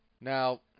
Now